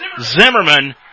Zimmerman